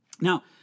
Now